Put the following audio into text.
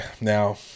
now